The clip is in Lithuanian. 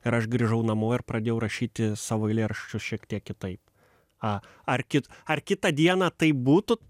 ir aš grįžau namo ir pradėjau rašyti savo eilėraščius šiek tiek kitaip a ar kit ar kitą dieną taip būtų